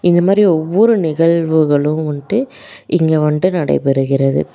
இது மாதிரி ஒவ்வொரு நிகழ்வுகளும் வந்துட்டு இங்கே வந்துட்டு நடைபெறுகிறது